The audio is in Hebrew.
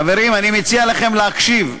חברים, אני מציע לכם להקשיב,